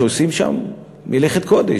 שעושים שם מלאכת קודש,